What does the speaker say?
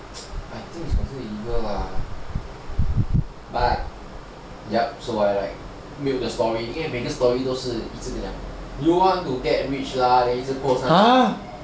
I think it should be illegal lah but yup so I like mute the story cause 因为每个 story 都是 like do you want to get rich lah then 一直 post 上去